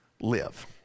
live